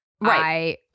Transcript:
Right